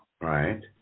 Right